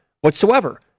whatsoever